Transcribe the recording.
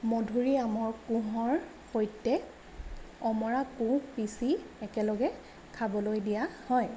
মধুৰীআমৰ কোঁহৰ সৈতে অমৰা কোঁহ পিচি একেলেগে খাবলৈ দিয়া হয়